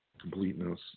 completeness